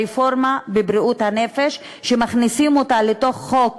הרפורמה בבריאות הנפש, שמכניסים אותה לתוך חוק